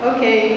Okay